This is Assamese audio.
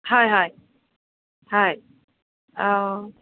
হয় হয় হয় অঁ